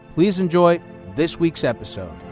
please enjoy this week's episode.